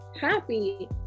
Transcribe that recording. happy